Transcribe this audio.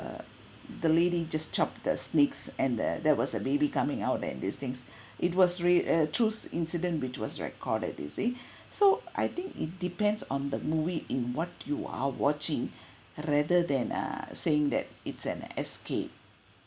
the lady just chopped the snakes and there there was a baby coming out and these things it was real uh trues incident which was recorded you see so I think it depends on the movie in what you are watching rather than err saying that it's an escape